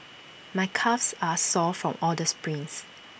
my calves are sore from all the sprints